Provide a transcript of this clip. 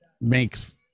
makes